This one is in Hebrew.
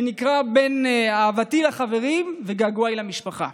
נקרע בין אהבתי לחברים וגעגועיי למשפחה.